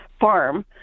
farm